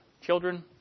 children